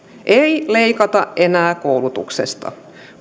ei leikata enää koulutuksesta